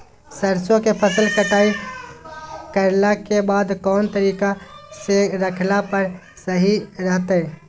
सरसों के फसल कटाई करला के बाद कौन तरीका से रखला पर सही रहतय?